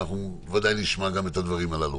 אנחנו ודאי נשמע גם את הדברים הללו.